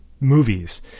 movies